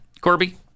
Corby